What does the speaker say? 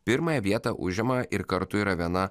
pirmąją vietą užima ir kartu yra viena